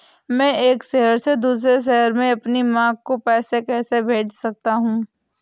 मैं एक शहर से दूसरे शहर में अपनी माँ को पैसे कैसे भेज सकता हूँ?